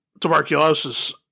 tuberculosis